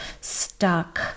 stuck